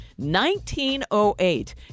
1908